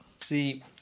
See